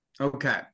Okay